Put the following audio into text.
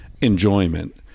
enjoyment